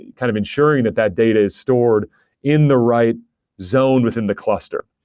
kind of ensuring that that data is stored in the right zone within the cluster.